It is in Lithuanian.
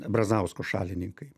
brazausko šalininkai